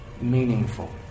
meaningful